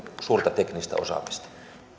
suurta teknistä osaamista